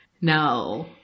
No